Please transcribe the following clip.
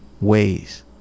ways